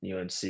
UNC